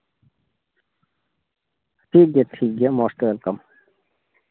ᱴᱷᱤᱠ ᱜᱮᱭᱟ ᱴᱷᱤᱠ ᱜᱮᱭᱟ ᱢᱚᱡᱽ ᱛᱮ ᱚᱞ ᱠᱟᱢ